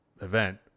event